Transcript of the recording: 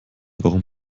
warum